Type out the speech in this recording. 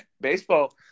baseball